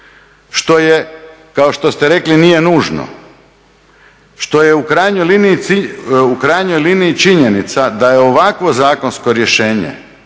što je kao što ste rekli nije nužno, što je u krajnjoj liniji činjenica da je ovakvo zakonsko rješenje